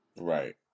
Right